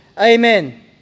Amen